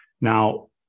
Now